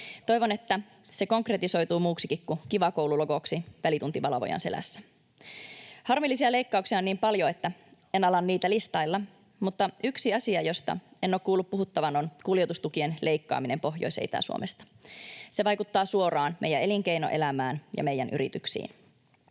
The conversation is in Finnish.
Toivon, että se konkretisoituu muuksikin kuin Kiva Koulu ‑logoksi välituntivalvojan selässä. Harmillisia leikkauksia on niin paljon, että en ala niitä listailla. Mutta yksi asia, josta en ole kuullut puhuttavan, on kuljetustukien leikkaaminen Pohjois- ja Itä-Suomesta. Se vaikuttaa suoraan meidän elinkeinoelämään ja meidän yrityksiin.